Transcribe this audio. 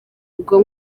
ubwo